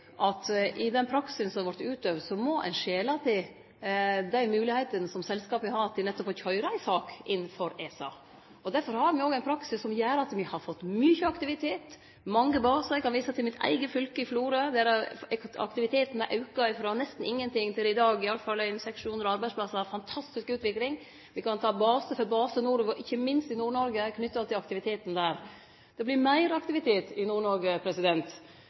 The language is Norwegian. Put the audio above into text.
at i den praksisen som har vore utøvd, må ein skjele til dei moglegheitene som selskapa har til nettopp å køyre ei sak inn for ESA. Derfor har me òg ein praksis som gjer at me har fått mykje aktivitet, mange basar. Eg kan vise til mitt eige fylke, i Florø, der aktiviteten har auka frå nesten ingenting til det i dag er i alle fall 600–700 arbeidsplassar – ei fantastisk utvikling. Me kan ta base for base nordover, ikkje minst i Nord-Noreg, knytt til aktiviteten der. Det vert meir aktivitet i